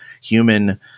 human